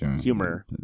humor